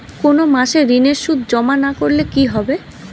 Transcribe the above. কোনো মাসে ঋণের সুদ জমা না করলে কি হবে?